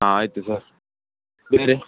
ಹಾಂ ಆಯಿತು ಸರ್ ಬೇರೆ